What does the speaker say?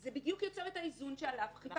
זה בדיוק יוצר את האיזון שחיפשנו,